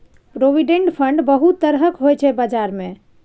provident fund बहुत तरहक होइ छै बजार मे